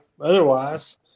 otherwise